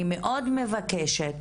אני מאוד מבקשת